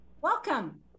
welcome